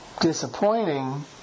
disappointing